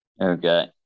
Okay